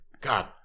god